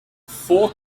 four